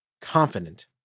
confident